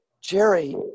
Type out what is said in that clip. Jerry